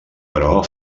però